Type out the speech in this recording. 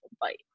bite